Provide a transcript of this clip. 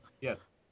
Yes